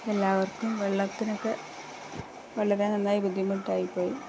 എല്ലാവർക്കും വെള്ളത്തിനൊക്കെ വളരെ നന്നായി ബുദ്ധിമുട്ടായിപ്പോയി